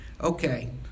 Okay